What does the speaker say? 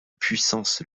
puissance